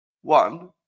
One